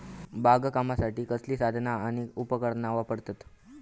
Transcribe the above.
बागकामासाठी कसली साधना आणि उपकरणा वापरतत?